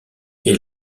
est